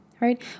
right